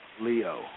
Leo